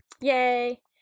Yay